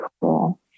cool